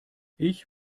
ich